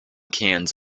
cans